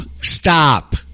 Stop